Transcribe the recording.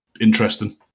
interesting